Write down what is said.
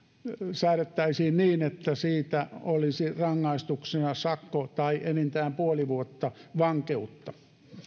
säädettäisiin niin että siitä olisi rangaistuksena sakko tai enintään puoli vuotta vankeutta